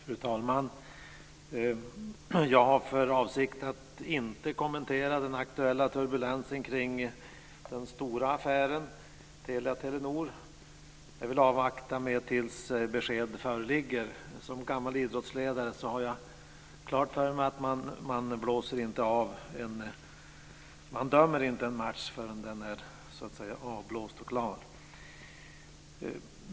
Fru talman! Jag har för avsikt att inte kommentera den aktuella turbulensen kring den stora affären Telia-Telenor. Jag vill avvakta med det tills besked föreligger. Som gammal idrottsledare har jag klart för mig att man inte dömer en match förrän den är avblåst och klar.